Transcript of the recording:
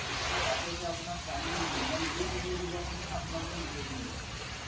সূতাটো এতিয়া আপোনাক আমি মই নিজেই ডেলিভাৰী দিব লাগিবনে নে আপোনালোকে নিজেই কিনি ল'ব